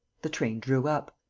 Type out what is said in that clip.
the train drew up.